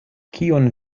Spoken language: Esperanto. kion